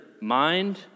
mind